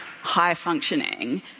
high-functioning